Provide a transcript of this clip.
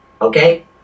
okay